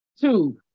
Two